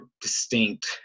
distinct